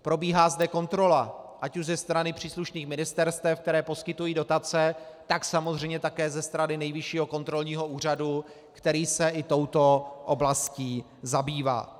Probíhá zde kontrola ať už ze strany příslušných ministerstev, která poskytují dotace, tak samozřejmě také ze strany Nejvyššího kontrolního úřadu, který se i touto oblastí zabývá.